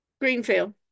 Greenfield